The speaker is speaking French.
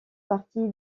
partie